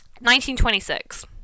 1926